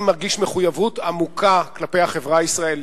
מרגיש מחויבות עמוקה כלפי החברה הישראלית.